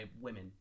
women